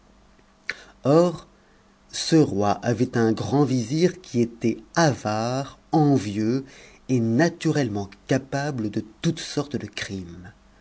or ce roi avait un grand vizir qui était avare envieux et naturellement capable de toutes sortes de crimes